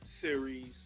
series